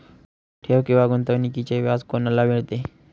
ठेव किंवा गुंतवणूकीचे व्याज कोणाला मिळते?